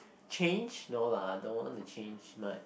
change no lah no one to change much